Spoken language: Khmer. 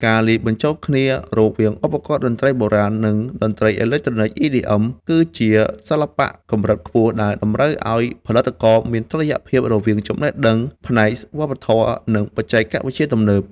ការលាយបញ្ចូលគ្នារវាងឧបករណ៍តន្ត្រីបុរាណ និងតន្ត្រីអេឡិចត្រូនិក EDM គឺជាសិល្បៈកម្រិតខ្ពស់ដែលតម្រូវឱ្យផលិតករមានតុល្យភាពរវាងចំណេះដឹងផ្នែកវប្បធម៌ និងបច្ចេកវិទ្យាទំនើប។